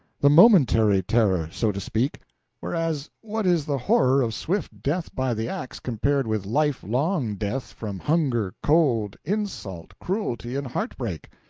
the momentary terror, so to speak whereas, what is the horror of swift death by the axe, compared with lifelong death from hunger, cold, insult, cruelty, and heart-break?